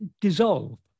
dissolve